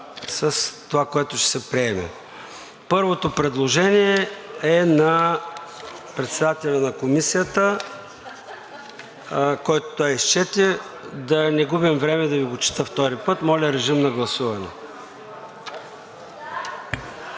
с това, което ще се приеме. Първото предложение е на председателя на Комисията, което той изчете. Да не губим време да Ви го чета втори път. Моля, режим на гласуване.